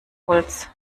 holz